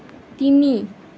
তিনি